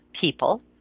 people